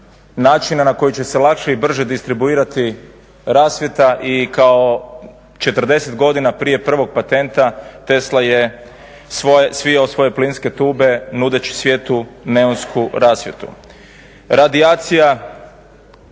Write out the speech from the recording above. načina na koji će se lakše i brže distribuirati rasvjeta i kao 40 godina prije prvog patenta Tesla je svio svoje plinske tube nudeći svijetu neonsku rasvjetu.